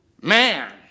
Man